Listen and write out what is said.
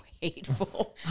hateful